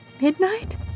Midnight